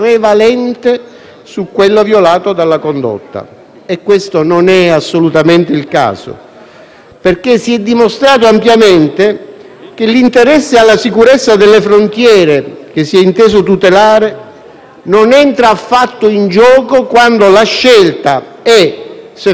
perché si è dimostrato ampiamente che l'interesse alla sicurezza delle frontiere che si è inteso tutelare non entra affatto in gioco quando la scelta è se fare sbarcare da una nave militare italiana - territorio dello Stato - 177 disperati